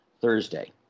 Thursday